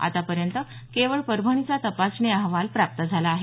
आतापर्यंत केवळ परभणीचा तपासणी अहवाल प्राप्त झाला आहे